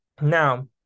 Now